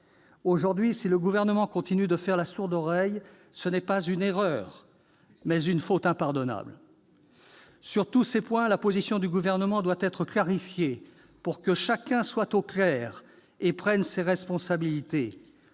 Aujourd'hui, si le Gouvernement continue de faire la sourde oreille, ce sera non pas une erreur, mais une faute impardonnable. Sur tous ces points, la position du Gouvernement doit être clarifiée, pour que chacun soit au clair et prenne ses responsabilités.